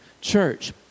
church